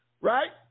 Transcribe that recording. Right